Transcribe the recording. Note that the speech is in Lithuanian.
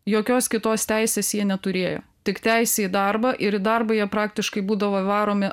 jokios kitos teisės jie neturėjo tik teisę į darbą ir į darbą jie praktiškai būdavo varomi